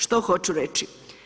Što hoću reći?